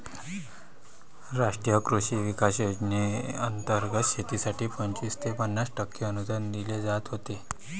राष्ट्रीय कृषी विकास योजनेंतर्गत शेतीसाठी पंचवीस ते पन्नास टक्के अनुदान दिले जात होते